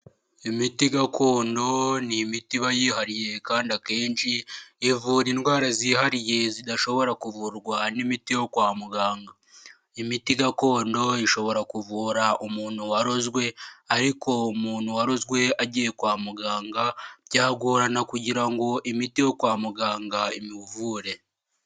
Imiti gakondo ni imiti iba yihariye kandi akenshi ivura indwara zihariye zidashobora kuvurwa n'imiti yo kwa muganga, imiti gakondo ishobora kuvura umuntu warozwe ariko umuntu warozwe agiye kwa muganga byagorana kugira ngo imiti yo kwa muganga imuvure.